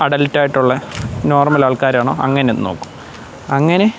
adult ആയിട്ടുള്ള normal ആൾക്കാരാണോ അങ്ങനെ നോക്കും അങ്ങനെ